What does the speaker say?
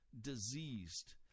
diseased